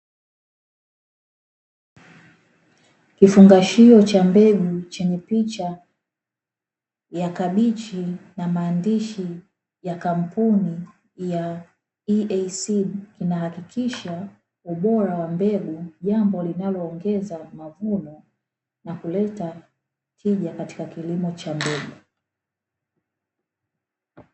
Kifungashio cha mbegu chenye picha ya kabichi na maandishi ya kampuni ya "EASEED", inahakikisha ubora wa mbegu, jambo linaloongeza mavuno na kuleta tija katika kilimo cha mbegu.